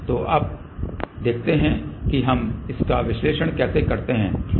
तो अब देखते हैं कि हम इसका विश्लेषण कैसे करते हैं